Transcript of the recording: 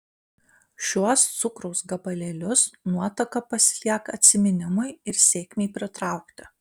šiuos cukraus gabalėlius nuotaka pasilieka atsiminimui ir sėkmei pritraukti